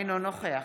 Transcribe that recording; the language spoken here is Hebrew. אינו נוכח